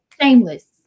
shameless